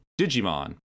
Digimon